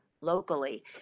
locally